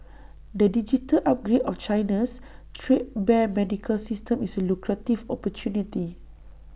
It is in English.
the digital upgrade of China's threadbare medical system is A lucrative opportunity